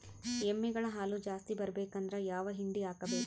ಎಮ್ಮಿ ಗಳ ಹಾಲು ಜಾಸ್ತಿ ಬರಬೇಕಂದ್ರ ಯಾವ ಹಿಂಡಿ ಹಾಕಬೇಕು?